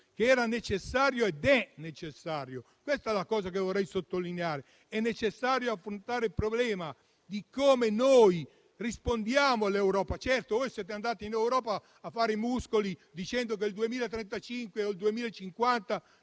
che era necessario ed è necessario. Questa è la cosa che vorrei sottolineare: è necessario affrontare il problema di come noi rispondiamo all'Europa. Certo voi siete andati in Europa a mostrare i muscoli, dicendo che il 2035 o il 2050